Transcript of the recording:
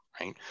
right